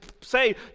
say